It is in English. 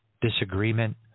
disagreement